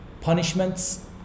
Punishments